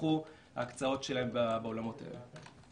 נדחו ההקצאות שלהם בעולמות האלה.